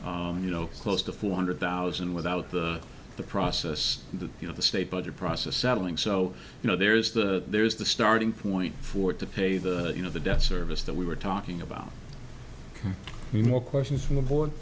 you know close to four hundred thousand without the the process the you know the state budget process settling so you know there is that there is the starting point for it to pay the you know the debt service that we were talking about the more questions from the board